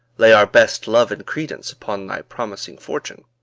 lay our best love and credence upon thy promising fortune.